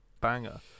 banger